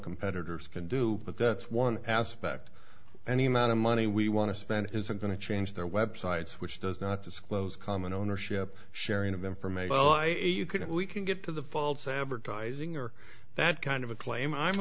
competitors can do but that's one aspect any amount of money we want to spend isn't going to change their websites which does not disclose common ownership sharing of information why you couldn't we can get to the false advertising or that kind of a claim i'm